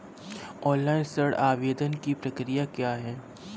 Online ऋण आवेदन की प्रक्रिया क्या है?